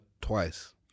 twice